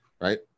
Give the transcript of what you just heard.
Right